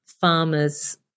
farmers